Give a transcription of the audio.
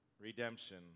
redemption